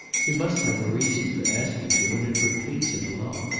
he must have a reason for asking you. and it would please him a lot.